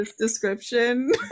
description